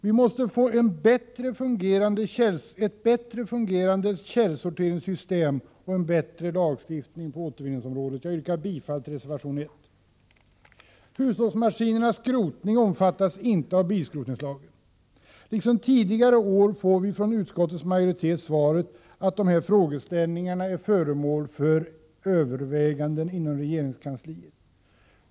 Vi måste få ett bättre fungerande källsorteringssystem och en bättre lagstiftning på återvinningsområdet. Jag yrkar bifall till reservation 1. Hushållsmaskinernas skrotning omfattas inte av bilskrotningslagen. Liksom tidigare år får vi det svaret från utskottets majoritet att dessa frågeställningar är föremål för överväganden inom regeringskansliet.